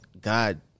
God